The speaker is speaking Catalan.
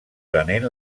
prenent